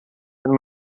wenn